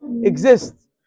exist